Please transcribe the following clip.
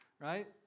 right